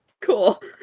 Cool